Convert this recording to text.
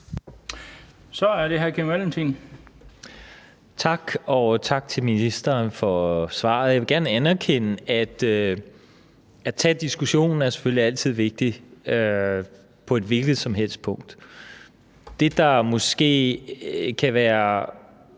Kl. 16:05 Kim Valentin (V): Tak, og tak til ministeren for svaret. Jeg vil gerne anerkende det at tage diskussionen – det er selvfølgelig altid vigtigt på et hvilket som helst punkt. Det, der måske kan være